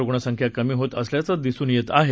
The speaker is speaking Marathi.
रुग्णसंख्या कमी होत असल्याचं दिसून येत आहे